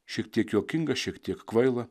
šiek tiek juokinga šiek tiek kvaila